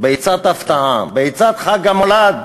ביצת הפתעה, ביצת חג המולד.